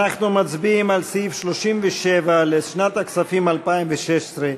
מצביעים על סעיף 37 לשנת הכספים 2016,